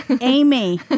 Amy